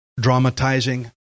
dramatizing